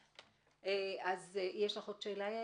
יש לך עוד שאלה?